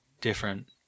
different